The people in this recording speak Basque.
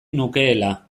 nukeela